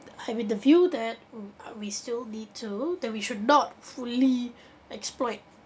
I'm in the view that w~ uh we still need to that we should not fully exploit